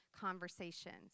conversations